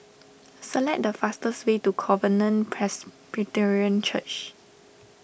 select the fastest way to Covenant Presbyterian Church